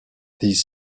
these